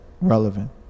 relevant